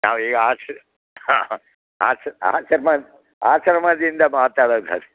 ನಾವೀಗ ಆಶ್ರ್ ಆಶ್ರ್ ಆಶ್ರಮ ಆಶ್ರಮದಿಂದ ಮಾತಾಡೋದ್ ಸರ್